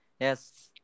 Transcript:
Yes